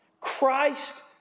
Christ